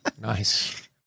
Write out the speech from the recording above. nice